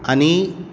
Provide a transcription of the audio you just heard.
आनी